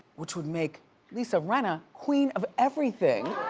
which would make lisa rinna queen of everything.